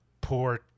poor